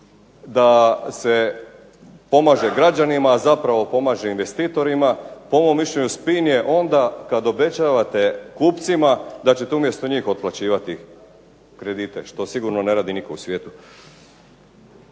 da se pomaže građanima, a zapravo pomaže investitorima. Po mom mišljenju spin je onda kad obećavate kupcima da ćete umjesto njih otplaćivati kredite, što sigurno ne radi nitko u svijetu.